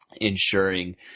ensuring